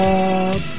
up